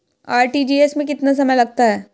RTGS में कितना समय लगता है?